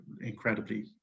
incredibly